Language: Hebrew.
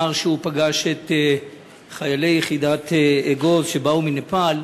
שהוא פגש את חיילי יחידת אגוז שבאו מנפאל,